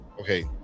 okay